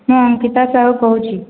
ମୁଁ ଅଙ୍କିତା ସାହୁ କହୁଛି